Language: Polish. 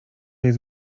jest